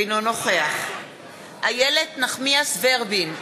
אינו נוכח איילת נחמיאס ורבין,